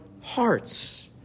hearts